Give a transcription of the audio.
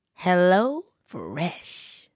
HelloFresh